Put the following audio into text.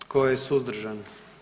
Tko je suzdržan?